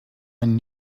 een